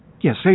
Yes